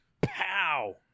Pow